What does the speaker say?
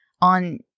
on